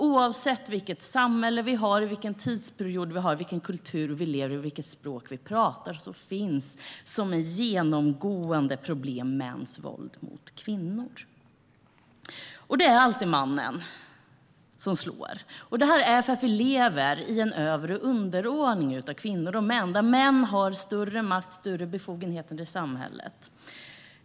Oavsett vilket samhälle vi har, vilken tidsperiod det är, vilken kultur vi lever i och vilket språk vi talar finns som ett genomgående problem mäns våld mot kvinnor. Det är alltid mannen som slår. Det beror på att vi lever i en över och underordning av kvinnor och män där män har större makt och större befogenheter i samhället.